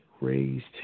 raised